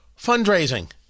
Fundraising